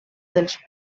dels